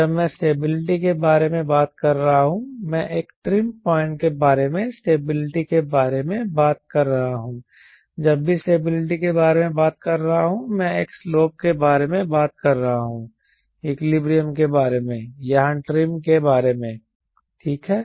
जब मैं स्टेबिलिटी के बारे में बात कर रहा हूं मैं एक ट्रिम पॉइंट के बारे में स्टेबिलिटी के बारे में बात कर रहा हूं जब भी स्टेबिलिटी के बारे में बात कर रहा हूं मैं एक स्लोप के बारे में बात कर रहा हूं इक्विलिब्रियम के बारे में यहां ट्रिम के बारे में ठीक है